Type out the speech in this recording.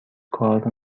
کار